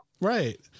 Right